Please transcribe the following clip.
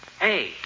Hey